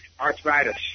arthritis